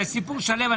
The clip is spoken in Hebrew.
זה סיפור שלם.